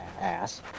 ass